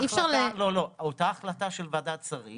לא, אותה החלטה של ועדת השרים